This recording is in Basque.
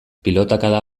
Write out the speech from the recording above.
pilotakada